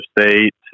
State